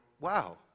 wow